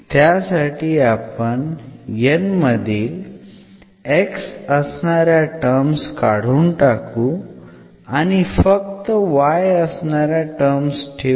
त्यासाठी आपण N मधील x असणाऱ्या टर्म्स काढून टाकू आणि फक्त y असणाऱ्या टर्म्स ठेऊ